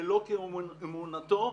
ולא כאמונתו,